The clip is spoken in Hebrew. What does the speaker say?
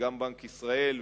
וגם בנק ישראל,